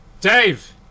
Dave